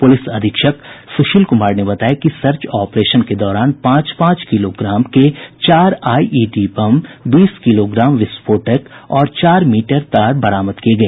police अधीक्षक सुशील कुमार ने बताया कि सर्च ऑपरेशन के दौरान पांच पांच किलोग्राम के चार आईईडी बम बीस किलोग्राम विस्फोटक और चार मीटर तार बरामद किए गए